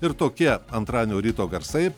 ir tokie antradienio ryto garsai